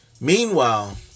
Meanwhile